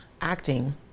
acting